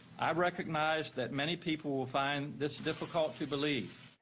i recognize that many people will find this difficult to believe.